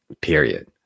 period